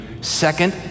Second